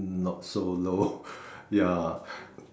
not so low ya